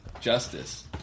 justice